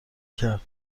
کرد